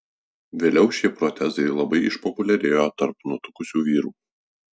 vėliau šie protezai labai išpopuliarėjo tarp nutukusių vyrų